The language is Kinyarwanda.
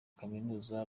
kaminuza